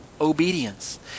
obedience